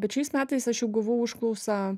bet šiais metais aš jau gavau užklausą